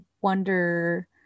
wonder